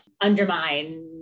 undermine